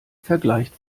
vergleicht